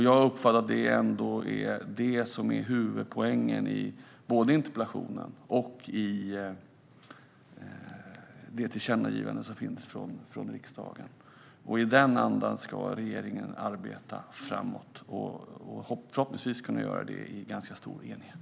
Jag uppfattar att det ändå är det som är huvudpoängen både i interpellationen och i det tillkännagivande som finns från riksdagen. I den andan ska regeringen arbeta framåt och förhoppningsvis kunna göra det i ganska stor enighet.